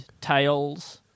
tails